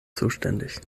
zuständig